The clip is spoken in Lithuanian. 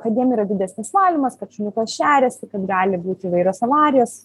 kad jiem yra didesnis valymas kad šuniukas šeriasi kad gali būt įvairios avarijos